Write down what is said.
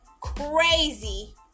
crazy